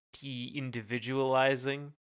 de-individualizing